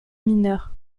mineur